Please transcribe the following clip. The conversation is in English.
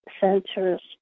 centers